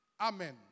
Amen